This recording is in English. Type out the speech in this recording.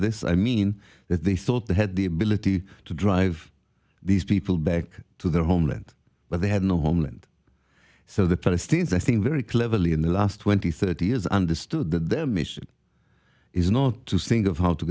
this i mean that they thought they had the ability to drive these people back to their homeland where they had no homeland so the philistines i think very cleverly in the last twenty thirty years understood that their mission is not to think of how to